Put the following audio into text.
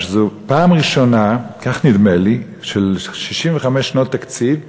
זו פעם ראשונה, כך נדמה לי, ב-65 שנות תקציב,